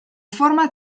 forma